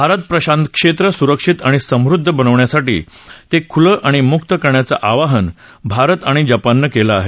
हिंद प्रशांत क्षेत्र सुरक्षित आणि समृद्ध बनवण्यासाठी ते खुलं आणि मुक्त करण्याचं आवाहन भारत आणि जपान केलं आहे